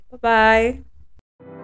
Bye-bye